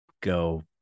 go